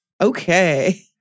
Okay